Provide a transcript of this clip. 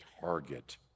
target